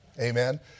Amen